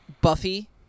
Buffy